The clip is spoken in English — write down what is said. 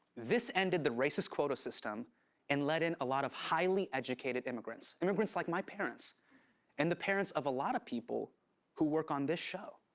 this ended the racist quota system and let in a lot of highly educated immigrants. immigrants like my parents and the parents of a lot of people who work on this show.